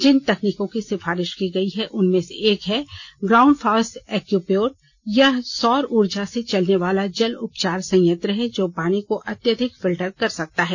जिन तकनीकों की सिफारिश की गई है उनमें से एक है ग्राउंडफॉस एक्यूप्योर यह सौर ऊर्जा से चलने वाला जल उपचार संयंत्र है जो पानी को अत्यधिक फिल्टर कर सकता है